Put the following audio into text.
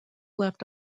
left